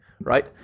right